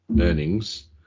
earnings